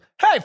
hey